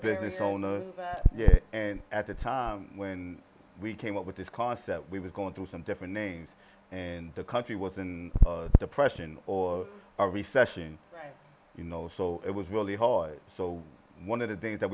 business owner and at a time when we came up with this cost that we were going through some different names and the country was in a depression or a recession you know so it was really hard so one of the things that